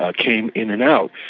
ah came in and out.